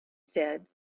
said